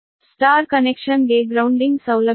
star connection ಗೆ grounding ಸೌಲಭ್ಯವಿದೆ